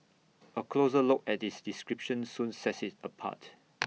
A closer look at its description soon sets IT apart